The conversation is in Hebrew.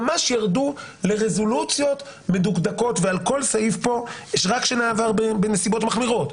ממש ירדו לרזולוציות מדוקדקות ועל כל סעיף פה --- רק בנסיבות מחמירות.